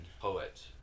poet